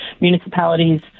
municipalities